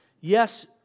Yes